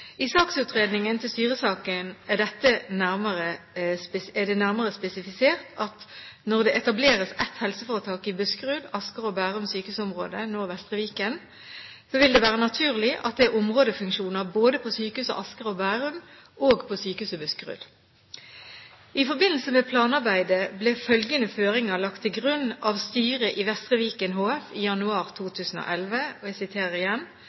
i hvert sykehusområde.» I saksutredningen til styresaken er dette nærmere spesifisert: «Når det etableres ett helseforetak i Buskerud, Asker og Bærum sykehusområde , vil det være naturlig at det er områdefunksjoner både på Sykehuset Asker og Bærum og på Sykehuset Buskerud.» I forbindelse med planarbeidet ble følgende føringer lagt til grunn av styret i Vestre Viken HF i januar 2011: «Utredningen skal legge til grunn at Drammen sykehus fortsatt skal være områdesykehus for Vestre Viken.» Og